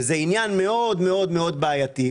זה עניין מאוד מאוד בעייתי.